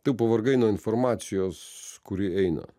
tu pavargai nuo informacijos kuri eina